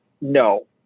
No